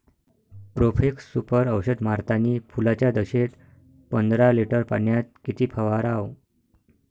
Profex Super औषध मारतानी फुलाच्या दशेत पंदरा लिटर पाण्यात किती फवाराव?